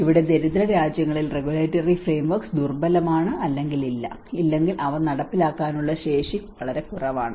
ഇവിടെ ദരിദ്ര രാജ്യങ്ങളിൽ റെഗുലേറ്ററി ഫ്രെയിംവർക്സ് ദുർബലമാണ് അല്ലെങ്കിൽ ഇല്ല അല്ലെങ്കിൽ അവ നടപ്പിലാക്കാനുള്ള ശേഷി കുറവാണ്